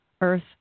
earth